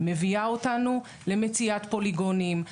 מביאה אותנו למציאת פוליגונים,